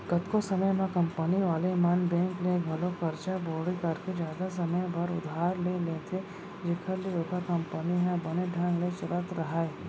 कतको समे म कंपनी वाले मन बेंक ले घलौ करजा बोड़ी करके जादा समे बर उधार ले लेथें जेखर ले ओखर कंपनी ह बने ढंग ले चलत राहय